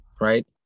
right